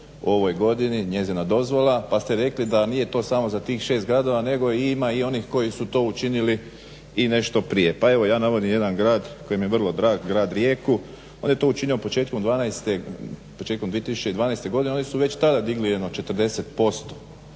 u ovoj godini, njezina dozvola pa ste rekli da nije to samo za tih 6 gradova nego ima i onih koji su to učinili i nešto prije. Pa evo ja navodim jedan grad koji mi je vrlo drag grad Rijeku, on je to učinio početkom 2012.godine oni su već tada digli jedno 40%